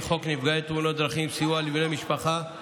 חוק נפגעי תאונות דרכים (סיוע לבני משפחה),